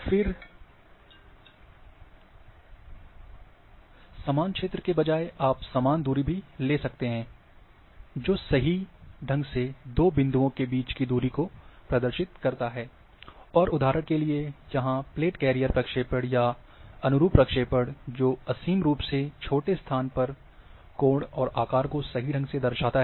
फिर समान क्षेत्र के बजाय तब आप समान दूरी भी ले सकते हैं जो सही ढंग से दो बिंदुओं के बीच की दूरी का प्रदर्शित करता हैं और उदाहरण के लिए यहाँ प्लेट कैरियर प्रक्षेपण या अनुरूप प्रक्षेपण जो असीम रूप से छोटे स्थान पर कोण और आकार को सही ढंग से दर्शाता है